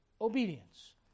obedience